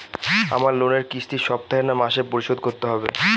আমার লোনের কিস্তি সপ্তাহে না মাসে পরিশোধ করতে হবে?